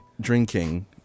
drinking